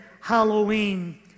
Halloween